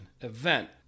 event